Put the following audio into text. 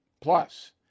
Plus